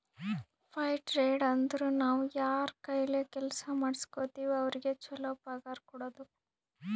fire trade ಅಂದುರ್ ನಾವ್ ಯಾರ್ ಕೈಲೆ ಕೆಲ್ಸಾ ಮಾಡುಸ್ಗೋತಿವ್ ಅವ್ರಿಗ ಛಲೋ ಪಗಾರ್ ಕೊಡೋದು